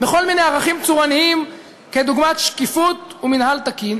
בכל מיני ערכים צורניים כדוגמת שקיפות ומינהל תקין,